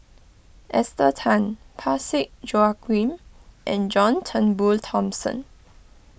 Esther Tan Parsick Joaquim and John Turnbull Thomson